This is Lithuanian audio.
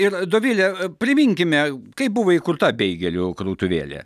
ir dovile priminkime kaip buvo įkurta beigelių krautuvėlė